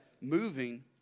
moving